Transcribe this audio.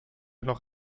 noch